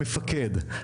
המפקד,